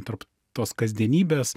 tarp tos kasdienybės